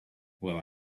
well